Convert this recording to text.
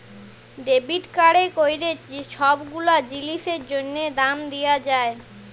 debit কাড়ে ক্যইরে ছব গুলা জিলিসের জ্যনহে দাম দিয়া যায়